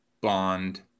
bond